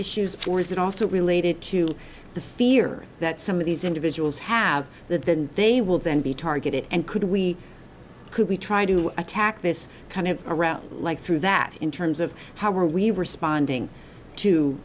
issues or is it also related to the fear that some of these individuals have that then they will then be targeted and could we could we try to attack this kind of around like through that in terms of how are we responding to